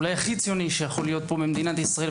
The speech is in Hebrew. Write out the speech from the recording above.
אולי הכי ציוני שיכול להיות במדינת ישראל,